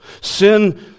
Sin